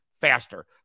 faster